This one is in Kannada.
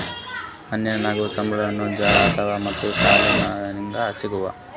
ಆನ್ಲೈನ್ ನಾಗ್ ಸಾಮಾನ್ಗೊಳ್ ಜರಾ ಆಫರ್ ಮತ್ತ ಸಸ್ತಾ ನಾಗ್ ಸಿಗ್ತಾವ್